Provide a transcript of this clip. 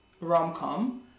rom-com